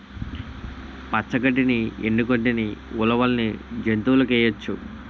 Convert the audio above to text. పచ్చ గడ్డిని ఎండు గడ్డని ఉలవల్ని జంతువులకేయొచ్చు